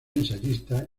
ensayista